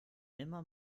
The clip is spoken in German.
immer